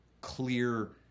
clear